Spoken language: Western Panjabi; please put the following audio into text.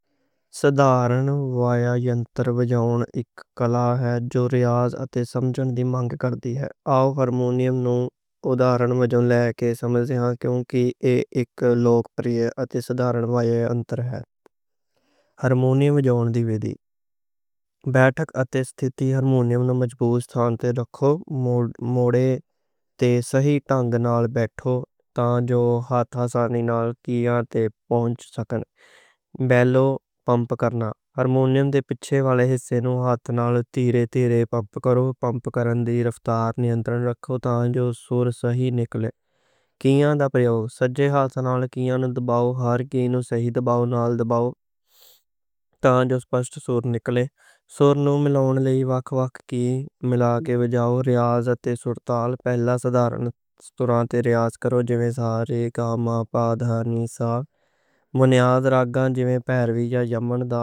سیٹ کرنا یا ایڈجسٹ کرنا کول اجازت ہے، سمجھن دی مانگ کردی ہے۔ آؤ ہرمونیم نوں اداہرن، جوکی کیونکہ اک لوک پریئے واد یَنتر ہے۔ ہرمونیم وِچ بیٹھک اتے ستِتی، ہرمونیم نوں مضبوط تھاں تے رکھو، موڑے تے صحیح، تانگ نال بیٹھو تاں جو ہاتھاں آسانی نال کیان تے پہنچ سکّن۔ بیلوز پمپ کرنا ہرمونیم دے پِچھے والے حصے نوں، ہولے ہولے پمپ کرو، پمپ کرن دی رفتار نئیں تباہن رکھو تاں جو سُر صحیح نکلے، کیان دا پربھاؤ۔ سجے ہاتھ نال کیان نوں دباؤ، ہر کی نوں صحیح دبا کے تاں جو سپشٹ سُر نکلے، سُر نوں ملاؤ۔ لَے تال وکھ وکھ کی ملا کے وجاؤ، ریاض اتے سُر۔ پہلا سادھارن سُرّاں تے ریاض کرو جیویں سارے گاماں، مُول راگاں جیویں بھیرویں یا یمن۔